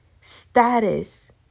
status